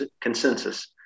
consensus